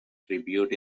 tribute